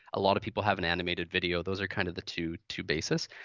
a lot of people have an animated video. those are kind of the two two bases.